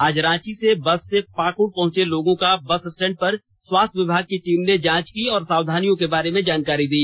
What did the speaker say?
आज रांची से बस से पाकड़ पहंचे सैकड़ों लोगों का बस स्टैंड पर स्वास्थ विभाग की टीम र्ने जांच की और सावधानियों के बारे में जानकारी दी